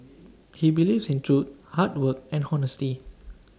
he believes in truth hard work and honesty